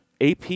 AP